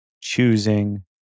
choosing